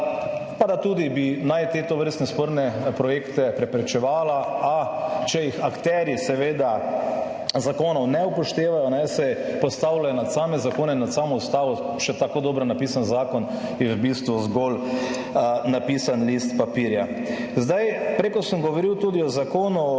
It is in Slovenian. pa da tudi bi naj te tovrstne sporne projekte preprečevala, a če jih akterji seveda zakonov ne upoštevajo, se postavljajo nad same zakone, nad samo Ustavo, še tako dobro napisan zakon je v bistvu zgolj napisan list papirja. Zdaj, prej, ko sem govoril tudi o Zakonu